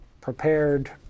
prepared